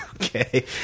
Okay